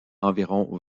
environ